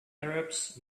arabs